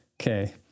okay